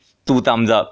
two thumbs up